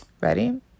Ready